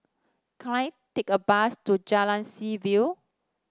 can I take a bus to Jalan Seaview